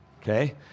okay